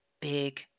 big